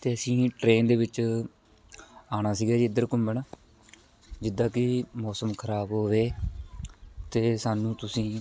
ਅਤੇ ਅਸੀਂ ਟਰੇਨ ਦੇ ਵਿੱਚ ਆਉਣਾ ਸੀਗਾ ਜੀ ਇੱਧਰ ਘੁੰਮਣ ਜਿੱਦਾਂ ਕਿ ਮੌਸਮ ਖਰਾਬ ਹੋਵੇ ਅਤੇ ਸਾਨੂੰ ਤੁਸੀਂ